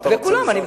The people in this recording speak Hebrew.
לכולם.